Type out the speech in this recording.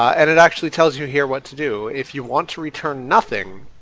and it actually tells you here what to do. if you want to return nothing,